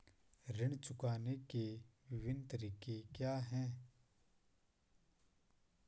ऋण चुकाने के विभिन्न तरीके क्या हैं?